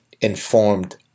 informed